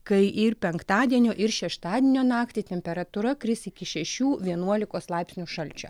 kai ir penktadienio ir šeštadienio naktį temperatūra kris iki šešių vienuolikos laipsnių šalčio